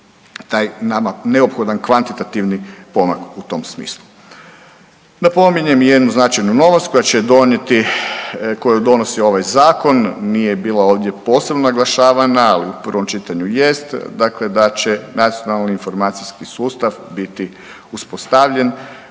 taj nama neophodan kvantitativan pomak u tom smislu. Napominjem i jednu značajnu novost koja će donijeti, koju donosi ovaj zakon, nije bila ovdje posebno naglašavana, ali u prvom čitanju jest, dakle da će nacionalni informacijski sustav biti uspostavljen,